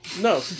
no